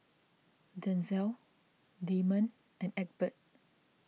Denzell Damon and Egbert